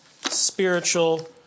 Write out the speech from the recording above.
spiritual